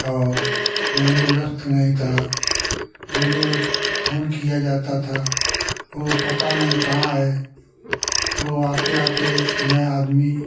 और एम्बुलस्त नहीं था लेम्बुलेस फोन किया जाता था वो पता नहीं कहाँ है वो आते आते हियाँ आदमी